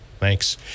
Thanks